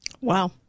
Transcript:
Wow